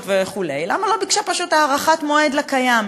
וכו' למה לא ביקשה פשוט הארכת מועד לקיים?